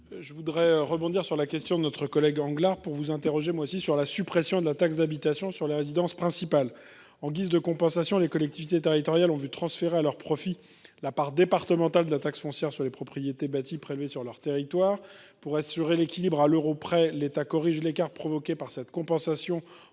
M. Fabien Genet. Monsieur le ministre, je voudrais vous interroger sur la suppression de la taxe d’habitation sur les résidences principales. En guise de compensation, les collectivités territoriales ont vu transférer à leur profit la part départementale de la taxe foncière sur les propriétés bâties (TFPB) prélevée sur leur territoire. Pour assurer l’équilibre à l’euro près, l’État corrige l’écart provoqué par cette compensation en